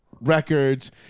records –